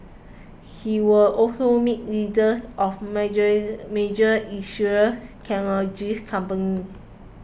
he will also meet leaders of major major Israeli technology companies